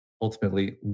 ultimately